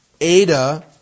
Ada